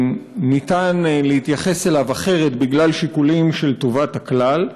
ניתן להתייחס אליו אחרת בגלל שיקולים של טובת הכלל",